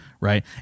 right